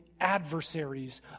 adversaries